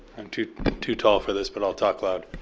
too too tall for this, but i'll talk loud.